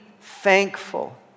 thankful